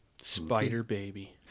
Spider-Baby